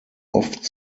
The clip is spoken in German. oft